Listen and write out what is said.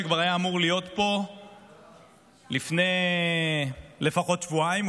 שכבר היה אמור להיות פה לפני שבועיים לפחות,